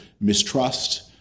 mistrust